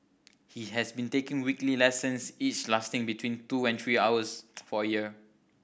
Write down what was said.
he has been taking weekly lessons each lasting between two and three hours for a year